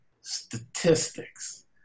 statistics